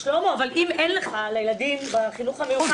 שלמה, אם אין לך לילדים בחינוך המיוחד